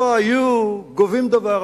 לא היו גובים דבר.